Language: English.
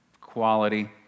quality